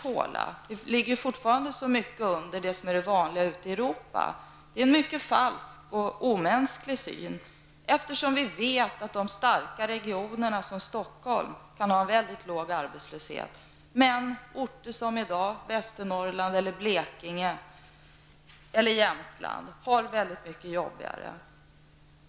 Vi ligger ju fortfarande så mycket under det som är det vanliga ute i Europa. Det är en mycket falsk och omänsklig syn, eftersom vi vet att de starka regionerna, som Stockholm, kan ha en mycket låg arbetslöshet, medan man på orter i Västernorrland, Blekinge eller Jämtland har det väldigt mycket jobbigare.